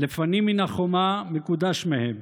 לפנים מן החומה מקודש מהן,